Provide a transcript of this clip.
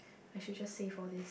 I should just save all these